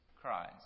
cries